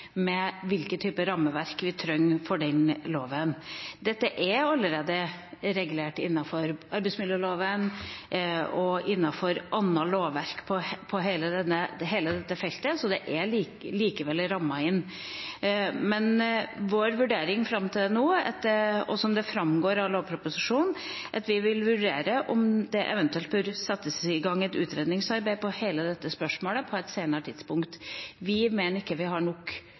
med hvilken type rammeverk vi trenger for den loven. Dette er allerede regulert innenfor arbeidsmiljøloven og innenfor annet lovverk på hele dette feltet, så det er likevel rammet inn. Men vår vurdering fram til nå er, som det framgår av lovproposisjonen, at vi vil vurdere om det eventuelt bør settes i gang et utredningsarbeid om hele dette spørsmålet på et senere tidspunkt. Vi mener vi ikke har nok